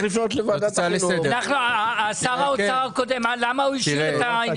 זו תוכנית רב שנתית, זה מאה אחוז.